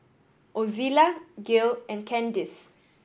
Ozella Gail and Candis